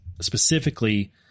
specifically